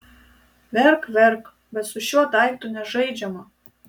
verk verk bet su šiuo daiktu nežaidžiama